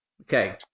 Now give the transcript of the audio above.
Okay